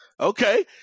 Okay